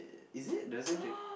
is it the same chick